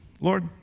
Lord